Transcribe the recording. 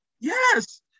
Yes